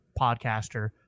podcaster